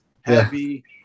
Heavy